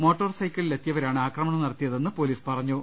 മോട്ടോർസൈക്കിളിലെത്തിയവരാണ് ആക്രമണം നടത്തിയതെന്ന് പൊലീസ് പറഞ്ഞു